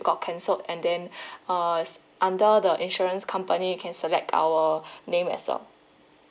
got cancelled and then uh under the insurance company you can select our name as well